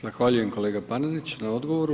Zahvaljujem kolega Panenić na odgovoru.